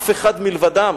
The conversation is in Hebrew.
אף אחד מלבדם.